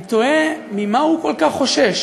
אני תוהה, ממה הוא כל כך חושש?